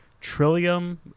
Trillium